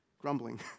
Grumbling